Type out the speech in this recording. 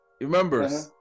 Remember